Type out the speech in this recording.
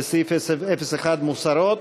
לסעיף 01 מוסרות,